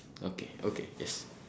okay okay yes